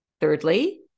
Thirdly